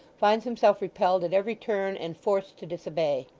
finds himself repelled at every turn, and forced to disobey.